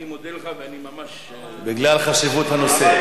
אני מודה לך, ואני ממש, בגלל חשיבות הנושא.